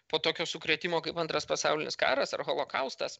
po tokio sukrėtimo kaip antras pasaulinis karas ar holokaustas